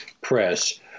Press